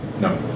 No